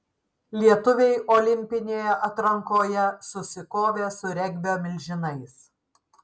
lietuviai olimpinėje atrankoje susikovė su regbio milžinais